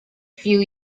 few